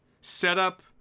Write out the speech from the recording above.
setup